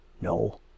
no